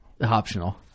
Optional